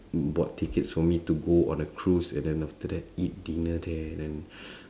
bought tickets for me to go on a cruise and then after that eat dinner there then